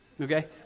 Okay